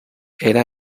era